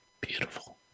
Beautiful